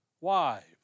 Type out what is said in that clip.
wives